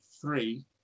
three